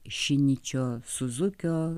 šiničio suzukio